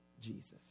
jesus